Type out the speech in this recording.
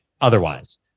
otherwise